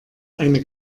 eine